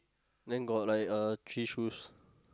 then got like uh three shoes